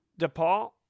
DePaul